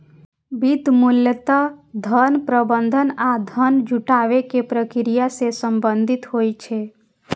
वित्त मूलतः धन प्रबंधन आ धन जुटाबै के प्रक्रिया सं संबंधित होइ छै